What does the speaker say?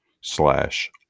slash